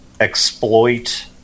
exploit